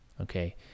Okay